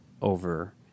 over